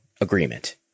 agreement